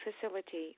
facility